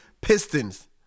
Pistons